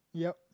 yup